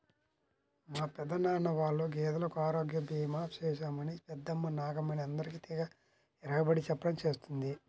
మా పెదనాన్న వాళ్ళ గేదెలకు ఆరోగ్య భీమా చేశామని పెద్దమ్మ నాగమణి అందరికీ తెగ ఇరగబడి చెప్పడం చేస్తున్నది